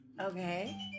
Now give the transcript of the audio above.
Okay